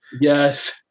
Yes